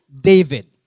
David